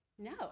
no